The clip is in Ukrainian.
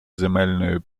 земельної